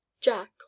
Jack